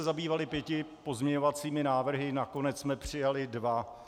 Zabývali jsme se pěti pozměňovacími návrhy, nakonec jsme přijali dva.